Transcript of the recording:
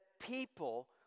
people